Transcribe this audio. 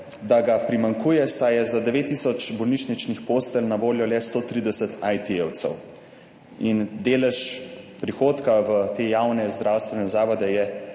da ga primanjkuje, saj je za 9 tisoč bolnišničnih postelj na voljo le 130 IT-jevcev in delež prihodka v te javne zdravstvene zavode je